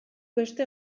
beste